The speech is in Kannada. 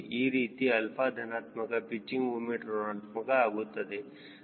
ಈ ರೀತಿ 𝛼 ಧನಾತ್ಮಕ ಪಿಚ್ಚಿಂಗ್ ಮೂಮೆಂಟ್ ಋಣಾತ್ಮಕ ಆಗುತ್ತದೆ